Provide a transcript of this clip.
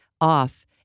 off